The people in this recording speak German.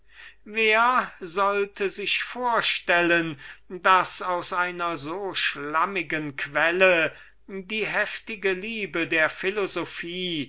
wer sollte sich vorstellen daß aus einer so schlammichten quelle die heftigste liebe der philosophie